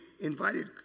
invited